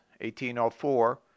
1804